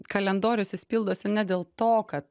kalendorius jis pildosi ne dėl to kad